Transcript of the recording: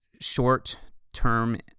short-term